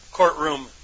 courtroom